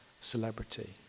celebrity